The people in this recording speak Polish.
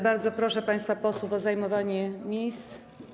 Bardzo proszę państwa posłów o zajmowanie miejsc.